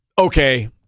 okay